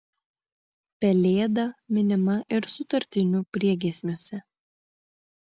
pelėda minima ir sutartinių priegiesmiuose